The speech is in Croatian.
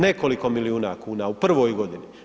Nekoliko milijuna kuna u prvoj godini.